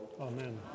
Amen